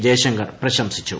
ജയശങ്കർ പ്രശംസിച്ചു